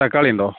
തക്കാളിയുണ്ടോ